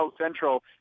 Central